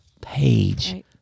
page